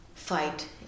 fight